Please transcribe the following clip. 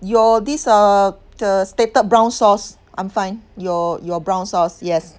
your this err the stated brown sauce I'm fine your your brown sauce yes